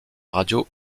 radio